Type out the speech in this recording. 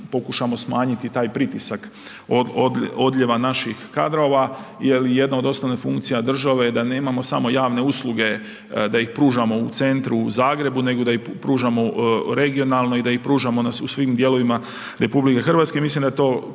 pokušamo smanjiti taj pritisak odljeva naših kadrova jer jedno od osnovnih funkcija države je da nemamo samo javne usluge da ih pružamo u centru u Zagrebu nego da ih pružamo regionalno i da ih pružamo na svim dijelovima RH, mislim da je